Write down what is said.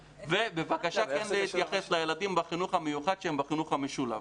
ובבקשה כן להתייחס לילדים בחינוך המיוחד שהם בחינוך המשולב,